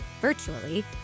virtually